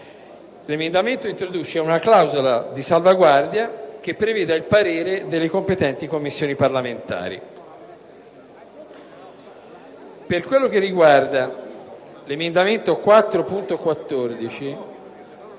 l'emendamento introduce una clausola di salvaguardia che preveda il parere delle competenti Commissioni parlamentari. L'emendamento 4.14